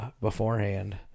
beforehand